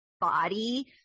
body